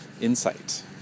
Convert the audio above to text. insight